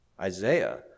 Isaiah